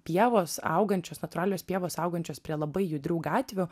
pievos augančios natūralios pievos augančios prie labai judrių gatvių